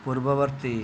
ପୂର୍ବବର୍ତ୍ତୀ